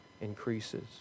increases